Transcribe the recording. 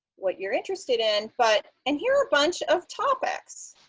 what you're interested in. but and here are a bunch of topics.